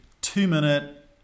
two-minute